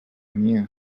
venia